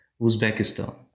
Uzbekistan